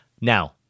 Now